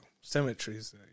cemeteries